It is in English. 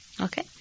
okay